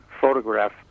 photograph